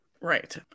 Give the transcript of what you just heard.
right